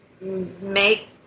make